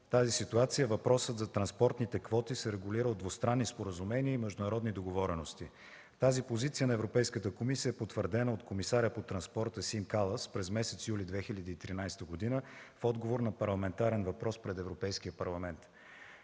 тази ситуация въпросът за транспортните квоти се регулира от двустранни споразумения и международни договорености. Позицията на Европейската комисия е потвърдена от комисаря по транспорта Сим Калас през месец юли 2013 г. в отговор на парламентарен въпрос пред Европейския парламент.